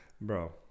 Bro